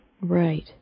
Right